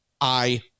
I-